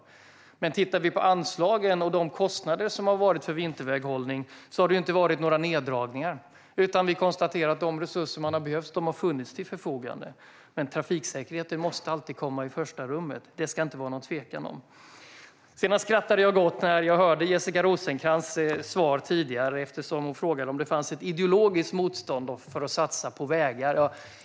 Om man ser på anslagen och kostnaderna för vinterväghållningen märker man att det inte har skett några neddragningar. Vi kan konstatera att de resurser som har behövts har funnits till förfogande. Trafiksäkerheten måste alltid komma i första rummet; det ska det inte råda någon tvekan om. Jag skrattade gott när jag hörde Jessica Rosencrantz tidigare eftersom hon frågade om det fanns ett ideologiskt motstånd mot att satsa på vägar.